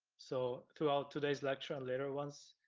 so throughout today's lecture and later ones,